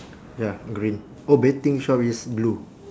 ya green oh betting shop is blue